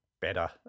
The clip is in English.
better